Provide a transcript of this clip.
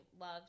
love